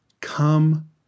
Come